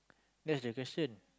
that's the question